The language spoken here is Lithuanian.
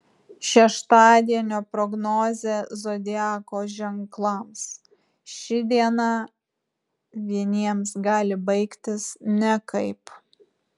šeštadienio prognozė zodiako ženklams ši diena vieniems gali baigtis nekaip